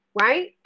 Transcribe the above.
right